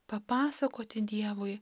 papasakoti dievui